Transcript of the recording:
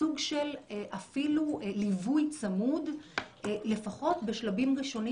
סוג של ליווי צמוד לפחות בשלבים ראשונים